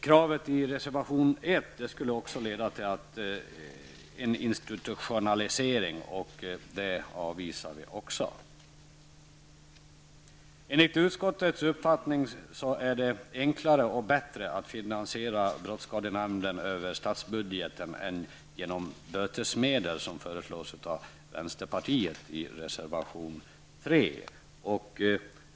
Kravet i reservation 1 skulle också leda till en institutionalisering, vilket utskottet också avvisar. Enligt utskottets uppfattning är det enklare och bättre att finansiera brottsskadenämnden över statsbudgeten än genom bötesmedel, vilket föreslås av vänsterpartiet i reservation 3.